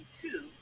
two